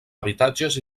habitatges